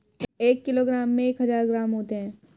एक किलोग्राम में एक हजार ग्राम होते हैं